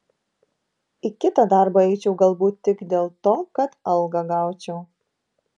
į kitą darbą eičiau galbūt tik dėl to kad algą gaučiau